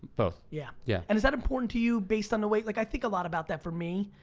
both. yeah. yeah. and is that important to you, based on the way, like, i think a lot about that for me.